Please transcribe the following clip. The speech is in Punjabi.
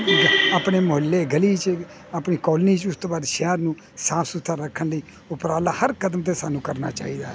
ਆਪਣੇ ਮੁਹੱਲੇ ਗਲੀ 'ਚ ਆਪਣੀ ਕੌਲਣੀ 'ਚ ਉਸ ਤੋਂ ਬਾਅਦ ਸ਼ਹਿਰ ਨੂੰ ਸਾਫ਼ ਸੁਥਰਾ ਰੱਖਣ ਲਈ ਉਪਰਾਲਾ ਹਰ ਕਦਮ 'ਤੇ ਸਾਨੂੰ ਕਰਨਾ ਚਾਹੀਦਾ ਹੈ